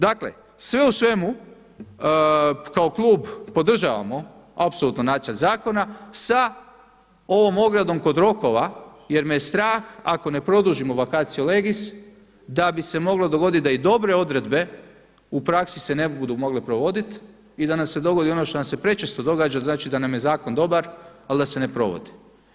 Dakle, sve u svemu kao klub podržavamo apsolutno nacrt zakona sa ovom ogradom kod rokova jer me je strah ako ne produžimo vacatio legis da bi se moglo dogoditi da i dobre odredbe u praksi se ne budu mogle provoditi i da nam se dogodi ono što nam se prečesto događa da nam je zakon dobar, ali da se ne provodi.